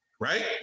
Right